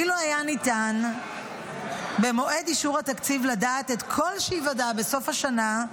אילו היה ניתן במועד אישור התקציב לדעת את כל שייוודע בסוף השנה,